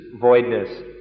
voidness